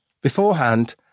beforehand